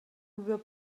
were